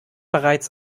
bereits